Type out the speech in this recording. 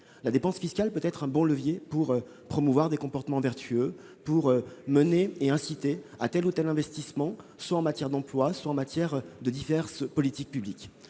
La dépense fiscale peut être un bon levier pour promouvoir des comportements vertueux ou inciter à tel ou tel investissement en direction de l'emploi ou de diverses politiques publiques.